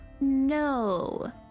no